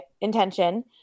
intention